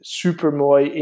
supermooi